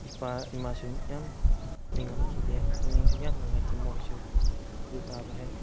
ꯏꯄꯥ ꯏꯃꯥꯁꯨ ꯌꯥꯝ ꯅꯤꯡꯉꯝꯈꯤꯗꯦ ꯄꯨꯛꯅꯤꯡꯁꯨ ꯌꯥꯝ ꯅꯨꯡꯉꯥꯏꯇꯦ ꯃꯣꯏꯁꯨ ꯑꯗꯨꯇꯥꯕ ꯍꯦꯛ